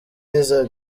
n’iza